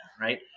Right